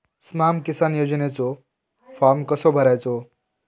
स्माम किसान योजनेचो फॉर्म कसो भरायचो?